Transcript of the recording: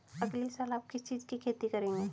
अगले साल आप किस चीज की खेती करेंगे?